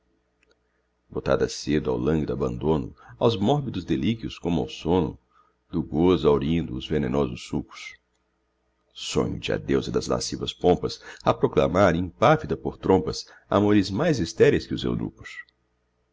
votada cedo ao lânguido abandono aos mórbidos delíquios como ao sono do gozo haurindo os venenosos sucos sonho te a deusa das lascivas pompas a proclamar impávida por trompas amores mais estéreis que os